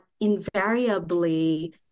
invariably